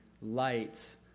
light